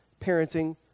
parenting